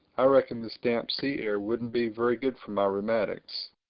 i reckon this damp sea air wouldn't be very good for my rheumatics.